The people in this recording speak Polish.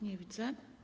Nie widzę.